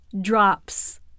drops